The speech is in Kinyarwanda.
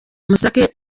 mukase